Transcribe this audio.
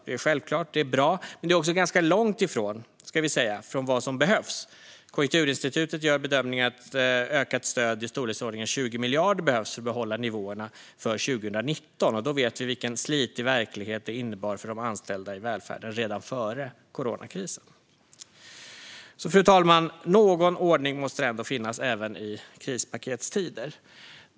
Det är självklart och bra, men det är också ganska långt ifrån vad som behövs. Konjunkturinstitutet gör bedömningen att ökat stöd i storleksordningen 20 miljarder behövs för att behålla nivåerna för 2019 - och då vet vi vilken slitig verklighet det innebar för de anställda i välfärden redan före coronakrisen. Fru talman! Någon ordning måste det ändå vara även i krispaketstider.